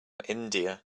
india